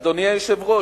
אדוני היושב-ראש,